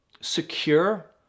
secure